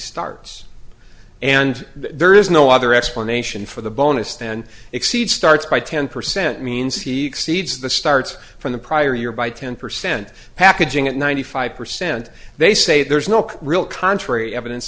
starts and there is no other explanation for the bonus and exceed starts by ten percent means he cedes the starts from the prior year by ten percent packaging at ninety five percent they say there's no real contrary evidence